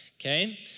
Okay